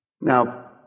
Now